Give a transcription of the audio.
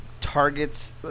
targets